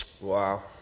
Wow